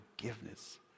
forgiveness